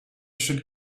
should